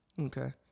Okay